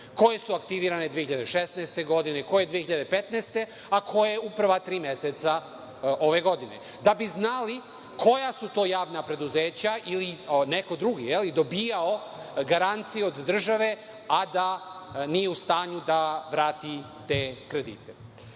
Koje su aktivirane 2016. godine, koje 2015. godine, a koje u prva tri meseca ove godine. Da bi znali koja su to javna preduzeća ili neko drugi dobijao garanciju od države, a da nije u stanju da vrati te kredite. Ovo